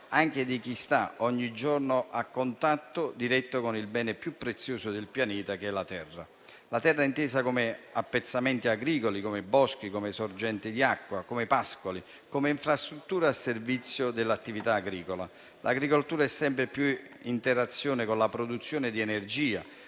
quella di chi sta ogni giorno a contatto diretto con il bene più prezioso del pianeta, che è la terra, intesa come appezzamenti agricoli, come boschi, come sorgenti di acqua, come pascoli, come infrastruttura al servizio dell'attività agricola. L'agricoltura è sempre più interazione con la produzione di energia